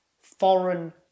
foreign